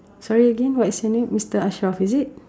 sorry again what is your name mister Ashraf is it